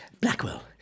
Blackwell